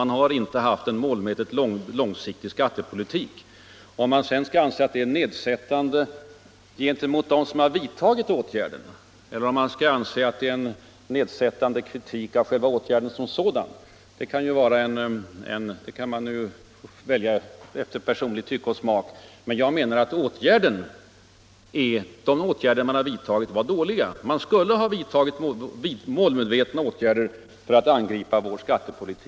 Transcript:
man har inte haft någon målmedvetet långsiktig skattepolitik. Om man sedan skall anse kritiken vara ”nedsättande” gentemot dem som har vidtagit åtgärderna, eller om man skall anse det vara en ”nedsättande” kritik av åtgärderna som sådana kan ju var och en avgöra själv efter personligt tycke och smak. Jag menar att de åtgärder som vidtogs var dåliga. Man skulle i stället ha bestämt sig för att långsiktigt lösa våra skatteproblem.